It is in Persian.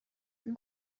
اون